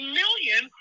million